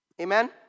Amen